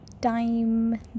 time